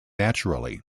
naturally